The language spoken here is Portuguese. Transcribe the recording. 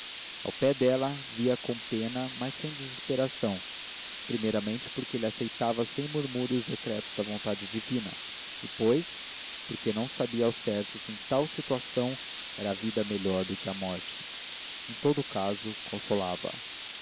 ao pé dela via-a com pena mas sem desesperação primeiramente porque ele aceitava sem murmúrio os decretos da vontade divina depois porque não sabia ao certo se em tal situação era a vida melhor do que a morte em todo caso